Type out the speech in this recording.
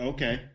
Okay